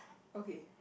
okay